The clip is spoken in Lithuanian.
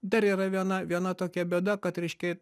dar yra viena viena tokia bėda kad reiškia